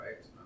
Right